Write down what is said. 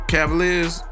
Cavaliers